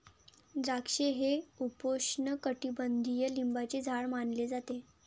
द्राक्षे हे उपोष्णकटिबंधीय लिंबाचे झाड मानले जाते